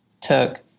took